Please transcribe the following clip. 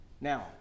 Now